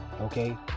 Okay